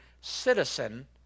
citizen